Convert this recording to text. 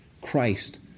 Christ